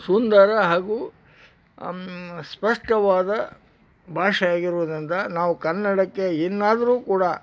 ಸುಂದರ ಹಾಗೂ ಸ್ಪಷ್ಟವಾದ ಭಾಷೆಯಾಗಿರುವುದರಿಂದ ನಾವು ಕನ್ನಡಕ್ಕೆ ಇನ್ನಾದರೂ ಕೂಡ